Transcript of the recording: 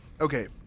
Okay